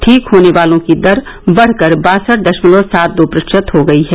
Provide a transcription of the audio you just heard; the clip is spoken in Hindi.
ठीक होने वालों की दर बढ़कर बासठ दशमलव सात दो प्रतिशत हो गई है